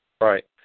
right